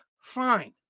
fine